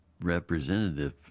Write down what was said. representative